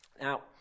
Now